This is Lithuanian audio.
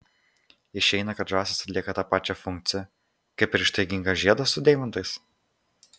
išeina kad žąsys atlieka tą pačią funkciją kaip ir ištaigingas žiedas su deimantais